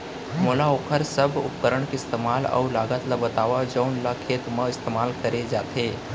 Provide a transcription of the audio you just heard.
मोला वोकर सब उपकरण के इस्तेमाल अऊ लागत ल बतावव जउन ल खेत म इस्तेमाल करे जाथे?